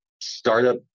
startup